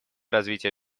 развития